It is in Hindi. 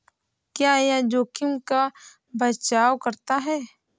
क्या यह जोखिम का बचाओ करता है?